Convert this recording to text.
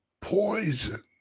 poison